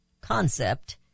concept